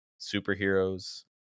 superheroes